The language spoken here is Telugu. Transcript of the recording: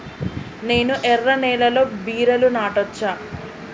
నేను ఎర్ర నేలలో బీరలు నాటచ్చా?